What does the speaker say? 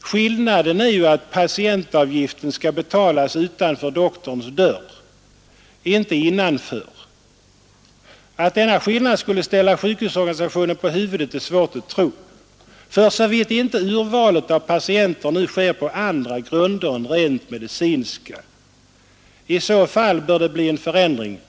Skillnaden är ju att patientavgiften skall betalas utanför doktorns dörr, inte innanför. Att denna skillnad skulle ställa sjukhusorganisationen på huvudet är svårt att tro — för så vitt inte urvalet av patienter nu sker på andra grunder än rent medicinska. I så fall bör det bli en förändring.